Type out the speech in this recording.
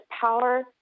power